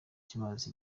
kimaze